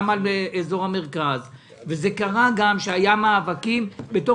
על אזור המרכז וקרה גם שהיו מאבקים בתוך